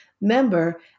member